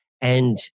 And-